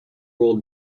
rolled